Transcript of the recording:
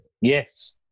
Yes